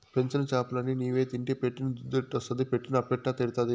పెంచిన చేపలన్ని నీవే తింటే పెట్టిన దుద్దెట్టొస్తాది పెట్టిన అప్పెట్ట తీరతాది